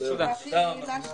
הישיבה ננעלה